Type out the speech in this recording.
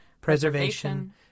preservation